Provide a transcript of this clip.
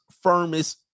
firmest